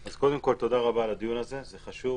אז קודם כל תודה רבה על הדיון הזה, זה חשוב,